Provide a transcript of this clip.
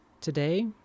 Today